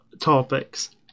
topics